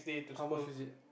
how much is it